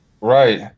right